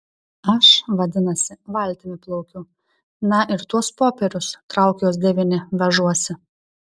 aš vadinasi valtimi plaukiu na ir tuos popierius trauk juos devyni vežuosi